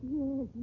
yes